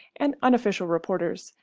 and unofficial reporters,